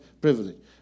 privilege